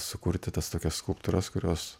sukurti tas tokias skulptūras kurios